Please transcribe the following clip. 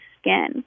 skin